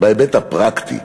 ההיבט הפרקטי.